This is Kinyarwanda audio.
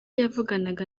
yavuganaga